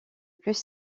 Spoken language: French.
plus